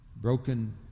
broken